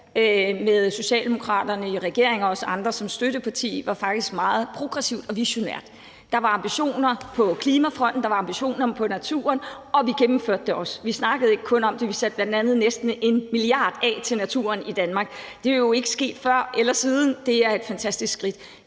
med Socialdemokraterne i regering og os andre som støttepartier, faktisk var meget progressivt og visionært. Der var ambitioner på klimafronten, der var ambitioner for naturen, og vi gennemførte det også. Vi snakkede ikke kun om det. Vi satte bl.a. næsten 1 mia. kr. af til naturen i Danmark. Det er jo ikke sket før eller siden. Det er et fantastisk skridt.